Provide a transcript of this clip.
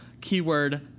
Keyword